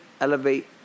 elevate